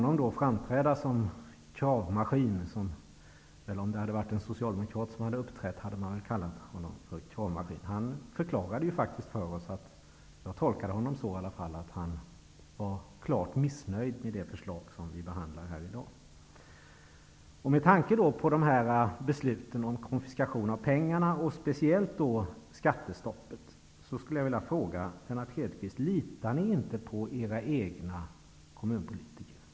Om det hade varit en socialdemokrat som uppträtt, hade man nog kallat honom en kravmaskin. Jag tolkade det han sade som att han var klart missnöjd med det förslag som vi behandlar här i dag. Med tanke på besluten om konfiskation av pengar och speciellt med tanke på skattestoppet skulle jag vilja fråga Lennart Hedquist: Litar ni inte på era egna kommunpolitiker?